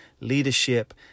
leadership